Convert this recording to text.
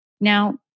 Now